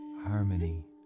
harmony